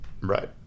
right